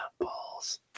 Balls